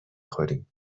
خوریم